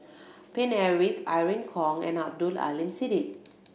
Paine Eric Irene Khong and Abdul Aleem Siddique